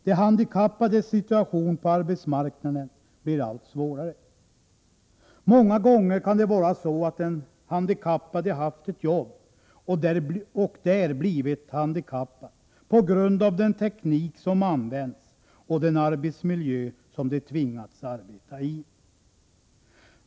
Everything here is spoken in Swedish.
De handikappades situation på arbetsmarknaden blir allt svårare. Många gånger kan det vara så att de handikappade haft ett jobb och där blivit handikappade på grund av den teknik som använts och den arbetsmiljö som de tvingats arbeta i.